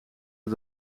het